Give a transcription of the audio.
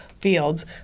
fields